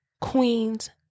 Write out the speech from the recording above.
queens